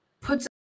puts